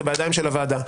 זה בידיים של הוועדה.